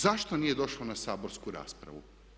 Zašto nije došlo na saborsku raspravu?